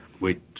wait